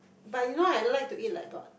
but you know I like to eat like got